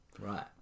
right